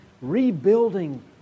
rebuilding